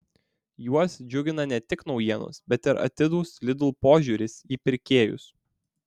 juos džiugina ne tik naujienos bet ir atidus lidl požiūris į pirkėjus